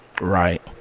Right